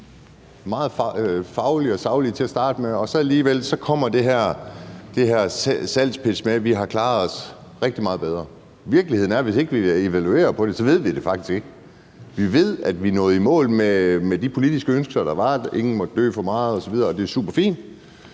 meget fagligt og sagligt til at starte med, og alligevel kommer så det her salgspitch med, at vi har klaret os rigtig meget bedre. Virkeligheden er, at hvis ikke vi vil evaluere på det, ved vi det faktisk ikke. Vi ved, at vi er nået i mål med de politiske ønsker, der var: at ikke for mange måtte dø osv. Og det er superfint.